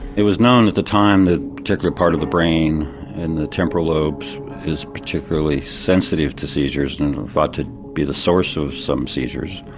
it was known at the time that particular part of the brain in the temporal lobes is really sensitive to seizures and thought to be the source of some seizures.